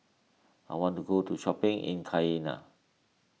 I want to go to shopping in Cayenne